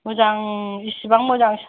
मोजां इसिबां मोजां